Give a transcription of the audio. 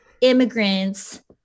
immigrants